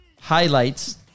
highlights